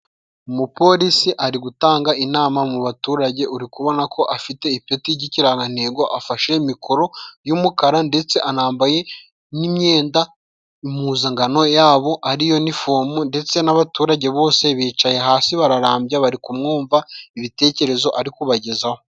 Umupolisi ari gutanga inama mu baturage. Uri kubona ko afite ipeti ry'ikirangantego. Afashe mikoro y'umukara ndetse anambaye n'imyenda impuzangano yabo, ariyo nifomu ndetse n'abaturage bose bicaye hasi bararambya, bari kumwumva ibitekerezo ari kubagezaho.